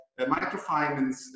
microfinance